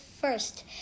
first